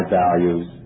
values